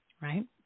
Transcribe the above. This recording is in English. right